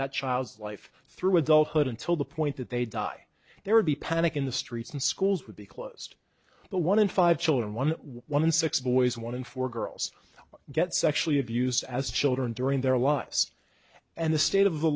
that child's life through adulthood until the point that they die there would be panic in the streets and schools would be closed but one in five children one one in six boys one in four girls get sexually abused as children during their lives and the state of the